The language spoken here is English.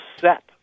set